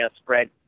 spread